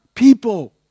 people